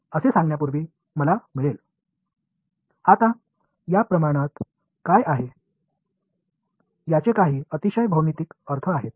இந்த அளவுகள் என்ன என்பதற்கு மிக அழகான வடிவியல் அர்த்தங்கள் உள்ளன